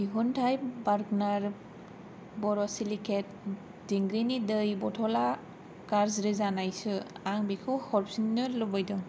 दिहुनथाइ बार्गनार बर'सिलिकेट दिंग्रिनि दै बथलआ गाज्रि जानायसो आं बेखौ हरफिन्नो लुबैदों